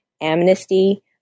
amnesty